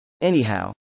Anyhow